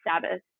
Sabbath